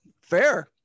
Fair